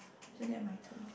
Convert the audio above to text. isn't that my turn